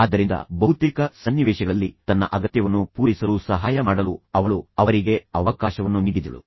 ಆದ್ದರಿಂದ ಬಹುತೇಕ ಸನ್ನಿವೇಶಗಳಲ್ಲಿ ತನ್ನ ಅಗತ್ಯವನ್ನು ಪೂರೈಸಲು ಸಹಾಯ ಮಾಡಲು ಅವಳು ಅವರಿಗೆ ಅವಕಾಶವನ್ನು ನೀಡಿದಳು